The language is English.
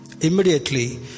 immediately